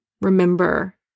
Remember